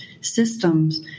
systems